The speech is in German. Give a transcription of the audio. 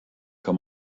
kann